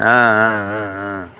ஆ ஆ ஆ ஆ